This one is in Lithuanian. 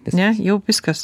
ne jau viskas